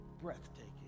breathtaking